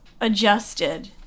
adjusted